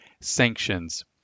sanctions